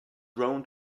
grown